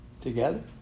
together